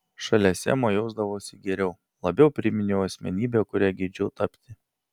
šalia semo jausdavausi geriau labiau priminiau asmenybę kuria geidžiau tapti